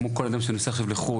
כמו כל אדם שנוסע עכשיו לחו"ל,